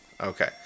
Okay